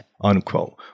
unquote